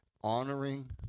honoring